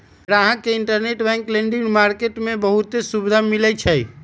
गाहक के interbank lending market में बहुते सुविधा मिलई छई